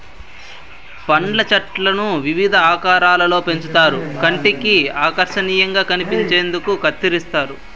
పండ్ల చెట్లను వివిధ ఆకారాలలో పెంచుతారు కంటికి ఆకర్శనీయంగా కనిపించేందుకు కత్తిరిస్తారు